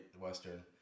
Western